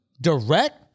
Direct